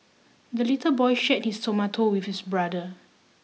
the little boy shared his tomato with his brother